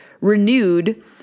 renewed